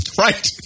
Right